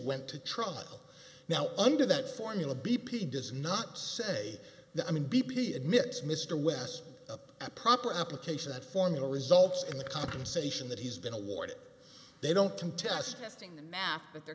went to trial now under that formula b p does not say that i mean b p admits mr west a proper application that formula results in the compensation that he's been awarded they don't contesting the math but they're